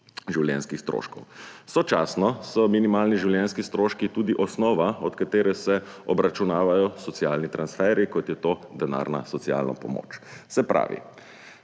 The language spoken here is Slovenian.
življenjskih stroškov. Sočasno so minimalni življenjski stroški tudi osnova, od katere se obračunavajo socialni transferi, kot je to denarna socialna pomoč. Se pravi,